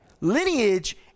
lineage